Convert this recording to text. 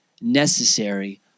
necessary